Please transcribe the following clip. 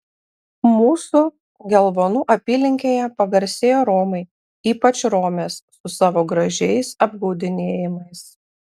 mūsų gelvonų apylinkėje pagarsėjo romai ypač romės su savo gražiais apgaudinėjimais